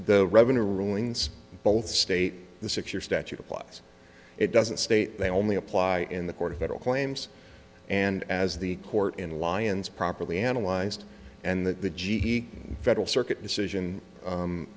the revenue rulings both state the secure statute applies it doesn't state they only apply in the court of federal claims and as the court in lyons properly analyzed and that the g federal circuit decision